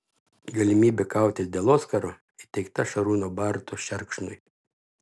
galimybė kautis dėl oskaro įteikta šarūno barto šerkšnui